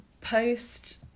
post